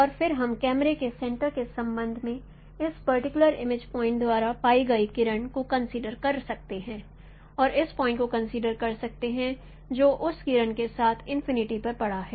और फिर हम कैमरे के सेंटर के संबंध में इस पर्टिकुलर इमेज पॉइंट द्वारा पाई गई किरण को कंसीडर कर सकते हैं और उस पॉइंट को कंसीडर कर सकते हैं जो उस किरण के साथ इनफिनिटी पर पड़ा है